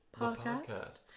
podcast